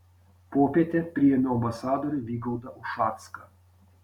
popietę priėmiau ambasadorių vygaudą ušacką